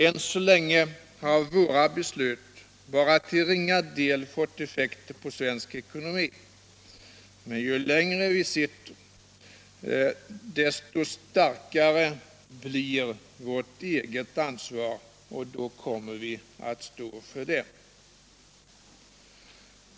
Än så länge har våra beslut bara till ringa del fått effekter på svensk ekonomi, men ju längre vi sitter, desto starkare blir vårt ansvar, och då kommer vi att stå för det.